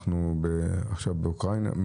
אנחנו עכשיו באוקראינה?